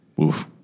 Oof